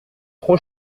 trop